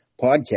podcast